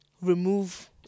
remove